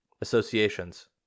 Associations